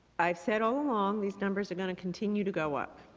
i said all along, these numbers are going to continue to go up.